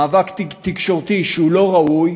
מאבק תקשורתי שהוא לא ראוי.